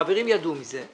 החברים ידעו מזה.